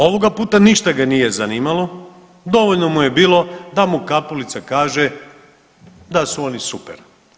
Ovoga puta ništa ga nije zanimalo, dovoljno mu je bilo da mu Kapulica kaže da su oni super.